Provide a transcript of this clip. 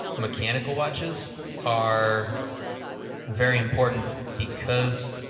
mechanical watches are very important because